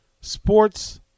sports